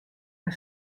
har